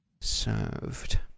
served